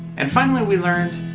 and finally we learned,